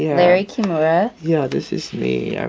larry kimura yeah, this is me. i.